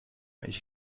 ich